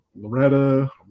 Loretta